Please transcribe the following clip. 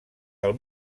del